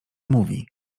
mówi